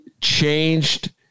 changed